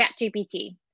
ChatGPT